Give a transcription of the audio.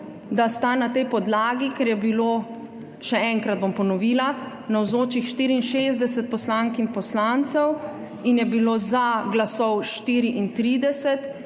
da sta na tej podlagi, ker je bilo, še enkrat bom ponovila, navzočih 64 poslank in poslancev in je bilo za glasov 34,